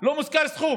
לא מוזכר סכום.